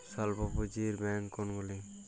স্বল্প পুজিঁর ব্যাঙ্ক কোনগুলি?